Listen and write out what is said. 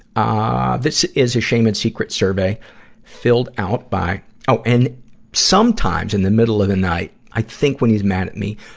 ah this is a shame and secret survey filled out by oh, and sometimes, sometimes, in the middle of the night, i think when he's mad at me,